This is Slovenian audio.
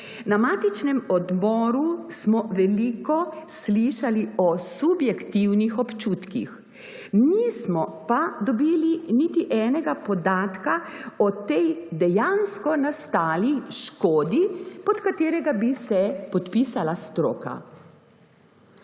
Na matičnem odboru smo veliko slišali o subjektivnih občutkih, nismo pa dobili niti enega podatka o tej dejansko nastali škodi, pod katerega bi se podpisala stroka.